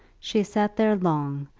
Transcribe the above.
she sat there long,